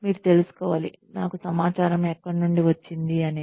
మీరు తెలుసుకోవాలి నాకు సమాచారం ఎక్కడ నుండి వచ్చింది అని